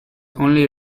only